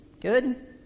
Good